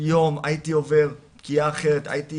יום יום הייתי עובר פגיעה אחרת, הייתי